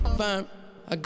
fine